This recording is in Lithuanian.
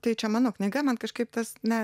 tai čia mano knyga man kažkaip tas ne